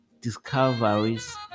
discoveries